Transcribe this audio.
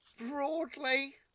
Broadly